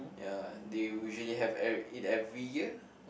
ya they usually have every it every year